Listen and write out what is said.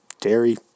Dairy